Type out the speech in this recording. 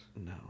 No